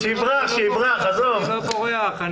אני לא בורח.